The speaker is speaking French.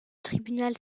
tribunal